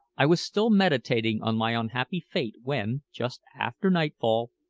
i was still meditating on my unhappy fate when, just after nightfall,